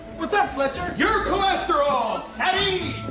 what's up, fletcher? your cholesterol, fatty!